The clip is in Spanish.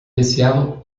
deseado